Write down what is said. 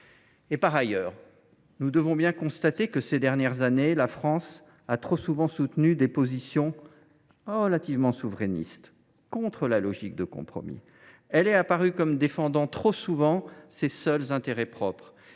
Par ailleurs, il nous faut bien constater que ces dernières années la France a trop souvent soutenu des positions relativement souverainistes, contre la logique de compromis. Elle est apparue comme défendant trop fréquemment ses seuls intérêts propres.